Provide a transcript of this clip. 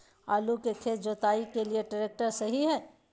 आलू का खेत जुताई के लिए ट्रैक्टर सही है?